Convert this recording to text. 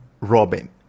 Robin